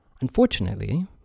unfortunately